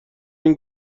این